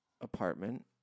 apartment